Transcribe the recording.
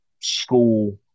school